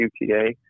UTA